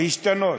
להשתנות,